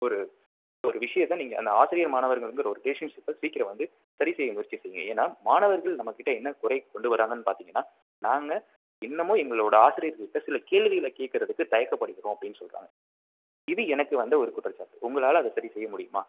ஒரு ஒரு விஷயத்த நீங்கள் அந்த ஆசிரியர் மாணவர்ங்கிற ஒரு ரிலேஷன்ஷிப்பை சீக்கிரம் வந்து சரி செய்ய முயற்சி செய்யுங்க ஏன்னா மாணவர்கள் நம்மக்கிட்ட என்ன குறை கொண்டு வராங்கன்னு பார்த்தீங்கன்னா நாங்கள் இன்னமும் எங்களோடய ஆசிரியர்கள்கிட்ட சில கேள்விகளை கேட்கறதுக்கு தயக்கப்படுகிறோம் அப்படின்னு சொல்கிறாங்க இது எனக்கு வந்த ஒரு குற்றச்சாற்று உங்களால் அதை சரி செய்ய முடியுமா